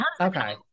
Okay